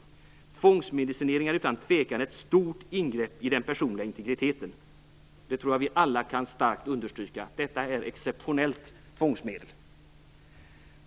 Tvångsmedicinering är utan tvekan ett stort ingrepp i den personliga integriteten. - Det tror jag att vi alla starkt kan understryka. Detta är ett exceptionellt tvångsmedel."